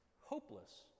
hopeless